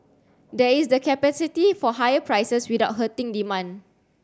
there is the capacity for higher prices without hurting demand